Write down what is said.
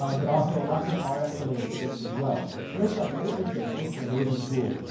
um but, also, lots of ah rf-related chips as well. so it's like. it's ah it's an amazing tool.